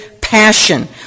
passion